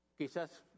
Quizás